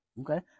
Okay